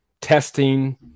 testing